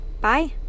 Bye